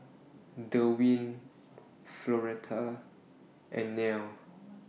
Derwin Floretta and Nelle